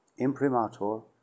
imprimator